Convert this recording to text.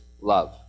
love